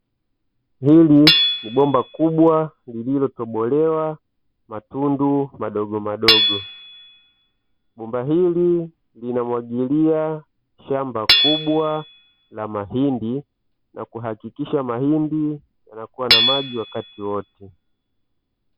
Hili ni bomba kubwa lililotobolewa matundu madogo madogo, bomba hili linamwagilia shamba kubwa la mahindi na kuhakikisha mahindi yanakua na maji wakati wote.